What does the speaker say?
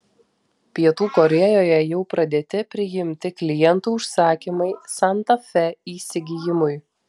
pietų korėjoje jau pradėti priimti klientų užsakymai santa fe įsigijimui